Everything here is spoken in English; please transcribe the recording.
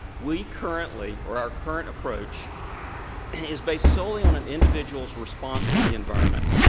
we currently or our current approach is based solely on an individual's response to the environment.